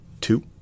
Two